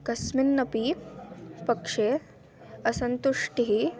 कस्मिन्नपि पक्षे असन्तुष्टिः